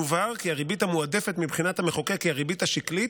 מובהר כי הריבית המועדפת מבחינת המחוקק היא הריבית השקלית,